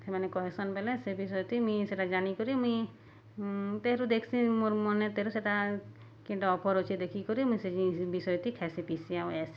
ସେମାନେ କହେସନ୍ ବେଲେ ସେ ବିଷୟଥି ମୁଇଁ ସେଟା ଜାନିକରି ମୁଇଁ ତେହେରୁ ଦେଖ୍ସି ମୋର୍ ମନେ ତେହେରୁ ସେଟା କେନ୍ଟା ଅଫର୍ ଅଛେ ଦେଖିକରି ମୁଇଁ ସେ ବିଷୟଟି ଖାଏସି ପିସି ଆଉ ଆଏସି